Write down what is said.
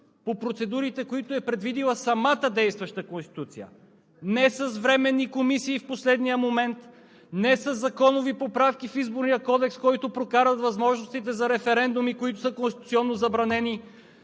по процедурите, които е предвидила самата действаща Конституция – не с временни комисии в последния момент, не със законови поправки в Изборния кодекс, който прокарва възможностите за референдуми, които са конституционно забранени,